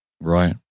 Right